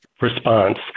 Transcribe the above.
response